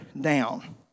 down